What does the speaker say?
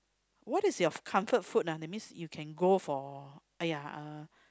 what is your comfort food ah that means you can go for !aiya! uh